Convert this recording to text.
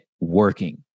working